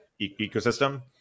ecosystem